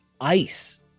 ice